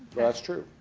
that's true.